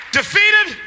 defeated